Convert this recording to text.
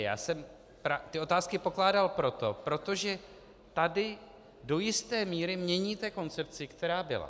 Já jsem ty otázky pokládal, protože tady do jisté míry měníte koncepci, která byla.